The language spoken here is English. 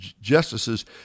justices